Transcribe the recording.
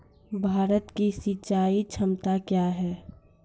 भारत की सिंचाई क्षमता क्या हैं?